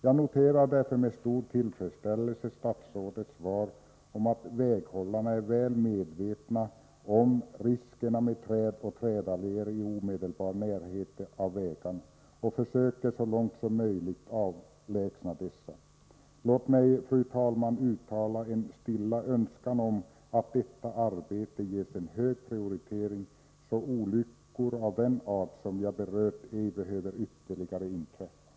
Jag noterar därför med stor tillfredsställelse statsrådets svar att väghållarna är väl medvetna om riskerna med träd och trädalléer i omedelbar närhet av vägarna och så långt som möjligt försöker avlägsna dessa. Låt mig, fru talman, uttala en stilla önskan om att detta arbete ges hög prioritet, så att olyckor av den art som jag berört ej behöver inträffa ytterligare.